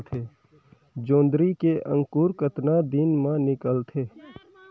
जोंदरी के अंकुर कतना दिन मां निकलथे?